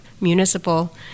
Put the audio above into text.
municipal